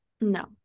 no